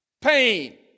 Pain